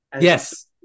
yes